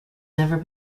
never